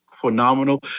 phenomenal